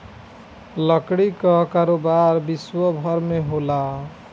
लकड़ी कअ कारोबार विश्वभर में होला